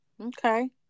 Okay